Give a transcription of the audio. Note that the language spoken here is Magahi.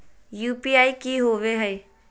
यू.पी.आई की होवे हय?